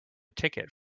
ticket